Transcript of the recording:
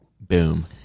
Boom